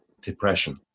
depression